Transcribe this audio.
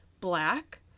black